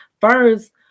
first